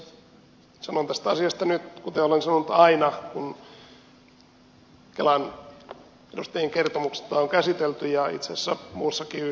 sanon tästä asiasta nyt kuten olen sanonut aina kun kelan edustajien kertomusta on käsitelty ja itse asiassa muussakin yhteydessä